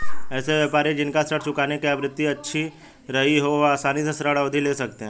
ऐसे व्यापारी जिन का ऋण चुकाने की आवृत्ति अच्छी रही हो वह आसानी से सावधि ऋण ले सकते हैं